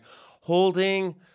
holding